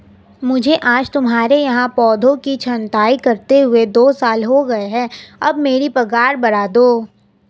मुझे आज तुम्हारे यहाँ पौधों की छंटाई करते हुए दो साल हो गए है अब मेरी पगार बढ़ा दो